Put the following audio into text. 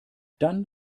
dann